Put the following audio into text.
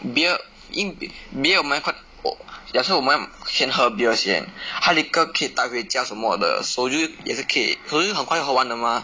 beer 因 be~ beer 我们要快 ya so 我们要先喝 beer 先 hard liquor 可以带回家什么的 soju 也是可以 soju 很快就喝完的 mah